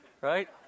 right